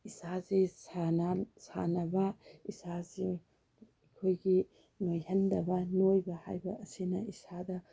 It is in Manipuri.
ꯏꯁꯥꯁꯤ ꯁꯥꯟꯅꯕꯅ ꯏꯁꯥꯁꯤ ꯑꯩꯈꯣꯏꯒꯤ ꯅꯣꯏꯍꯟꯗꯕ ꯅꯣꯏꯕ ꯍꯥꯏꯕ ꯑꯁꯤꯅ ꯏꯁꯥꯗ